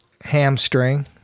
Hamstring